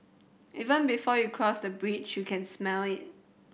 even before you cross the bridge you can smell it